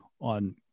on